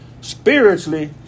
Spiritually